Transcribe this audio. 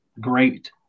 great